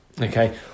Okay